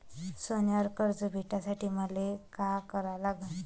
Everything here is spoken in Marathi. सोन्यावर कर्ज भेटासाठी मले का करा लागन?